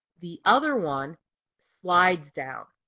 the other one slides down.